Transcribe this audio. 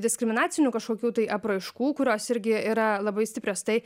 diskriminacinių kažkokių tai apraiškų kurios irgi yra labai stiprios tai